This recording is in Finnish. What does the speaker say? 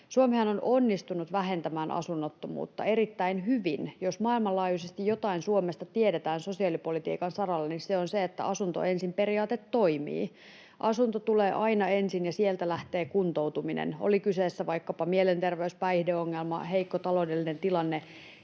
Suomihan on onnistunut vähentämään asunnottomuutta erittäin hyvin. Jos maailmanlaajuisesti jotain Suomesta tiedetään sosiaalipolitiikan saralla, niin se on se, että asunto ensin ‑periaate toimii. Asunto tulee aina ensin, ja sieltä lähtee kuntoutuminen. Oli kyseessä vaikkapa mielenterveys- tai päihdeongelma, heikko taloudellinen tilanne,